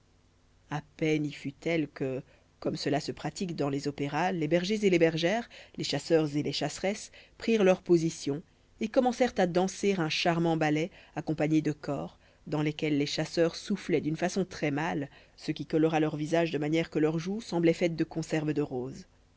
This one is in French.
a peine y fut-elle que comme cela se pratique dans les opéras les bergers et les bergères les chasseurs et les chasseresses prirent leurs positions et commencèrent à danser un charmant ballet accompagné de cors dans lesquels les chasseurs soufflaient d'une façon très mâle ce qui colora leur visage de manière que leurs joues semblaient faites de conserves de roses